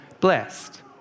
blessed